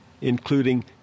including